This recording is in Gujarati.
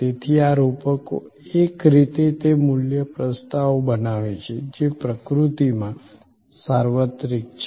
તેથી આ રૂપકો એક રીતે તે મૂલ્ય પ્રસ્તાવો બનાવે છે જે પ્રકૃતિમાં સાર્વત્રિક છે